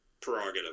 prerogative